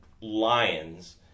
Lions